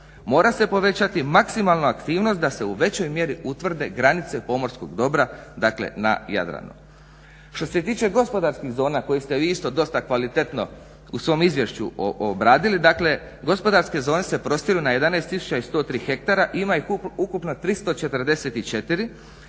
Mora se povećati maksimalna aktivnost da se u većoj mjeri utvrde granice pomorskog dobra, dakle na Jadranu. Što se tiče gospodarskih zona koje ste vi isto dosta kvalitetno u svom izvješću obradili, dakle gospodarske zone se prostiru na 11 tisuća i 103 hektara i ima ih ukupno 344